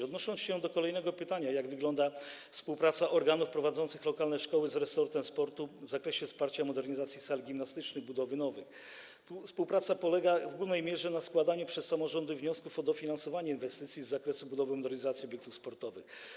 Odnosząc się do kolejnego pytania, jak wygląda współpraca organów prowadzących lokalne szkoły z resortem sportu w zakresie wsparcia modernizacji sal gimnastycznych i budowy nowych, chcę powiedzieć, że współpraca polega w głównej mierze na składaniu przez samorządy wniosków o dofinansowanie inwestycji z zakresu budowy i modernizacji obiektów sportowych.